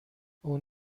اون